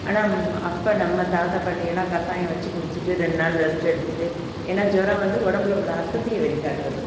ஆனால் அப்போ நம்ம தாத்தா பாட்டி எல்லாம் கஷாயம் வச்சு குடிச்சுட்டு ரெண்டு நாள் ரெஸ்ட் எடுத்துவிட்டு ஏன்னால் ஜூரம் வந்து உடம்புல உள்ள அசதியை வெளிகாட்டுறது